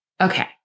Okay